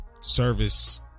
service